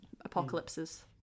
apocalypses